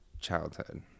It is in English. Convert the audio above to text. childhood